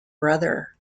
brother